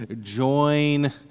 join